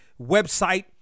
website